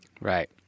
Right